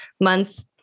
months